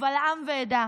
קבל עם ועדה: